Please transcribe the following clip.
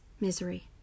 misery